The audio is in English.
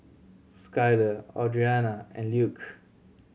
Skyler Audrianna and Luke